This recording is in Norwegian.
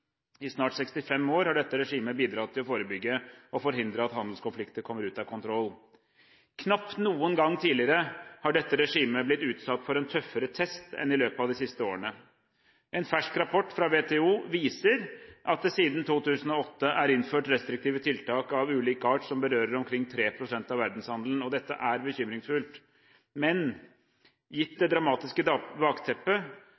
I snart 65 år har dette regimet bidratt til å forebygge og forhindre at handelskonflikter kommer ut av kontroll. Knapt noen gang tidligere har dette regimet blitt utsatt for en tøffere test enn i løpet av de siste årene. En fersk rapport fra WTO viser at det siden 2008 er innført restriktive tiltak av ulik art som berører omkring 3 pst. av verdenshandelen. Dette er bekymringsfullt, men gitt